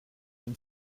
une